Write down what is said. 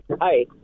Hi